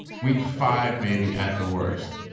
week five, maybe at the worst.